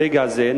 ברגע זה,